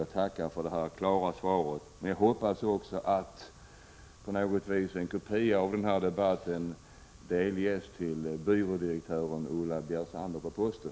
Jag tackar för det klara svaret. Jag hoppas också att innehållet i denna debatt på något vis delges byrådirektör Ulla Bjersander på posten.